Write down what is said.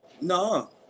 No